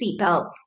seatbelt